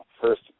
first